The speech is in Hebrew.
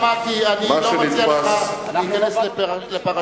שמעתי, אני לא מציע לך להיכנס לפרשה.